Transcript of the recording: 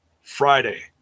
Friday